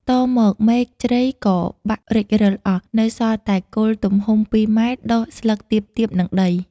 តមកមែកជ្រៃក៏បាក់រិចរិលអស់ នៅសល់តែគល់ទំហំ ២ ម. ដុះស្លឹកទាបៗនឹងដី ។